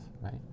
right